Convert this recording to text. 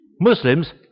Muslims